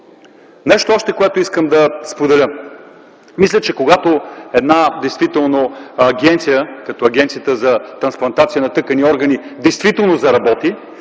нещо, което искам да споделя. Мисля, че една агенция, каквато е Агенцията за трансплантация на тъкани и органи, действително заработи.